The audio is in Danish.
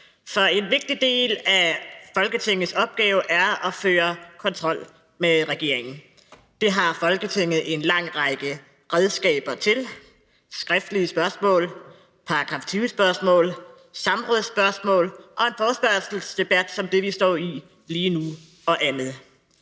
en vigtig del af Folketingets opgave er at føre kontrol med regeringen. Det har Folketinget en lang række redskaber til: skriftlige spørgsmål, § 20-spørgsmål, samrådsspørgsmål og en forespørgselsdebat som den, vi står i lige nu, og andet.